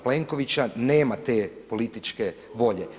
Plenkovića nema te političke volje.